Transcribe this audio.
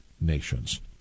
nations